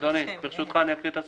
אדוני, ברשותך, אני אקריא את הסעיף?